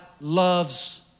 loves